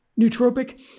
nootropic